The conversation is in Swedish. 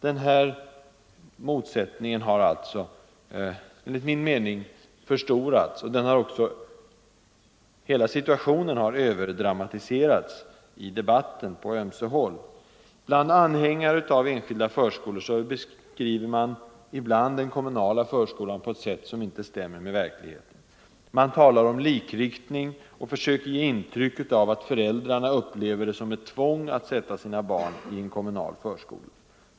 Den här motsättningen har alltså enligt min mening förstorats, och hela situationen har överdramatiserats i debatten på ömse håll. Bland anhängare av enskilda förskolor beskriver man ibland den kommunala förskolan på ett sätt som inte stämmer med verkligheten. Man talar om likriktning och försöker ge intryck av att föräldrarna upplever det som ett tvång att sätta sina barn i kommunal förskola.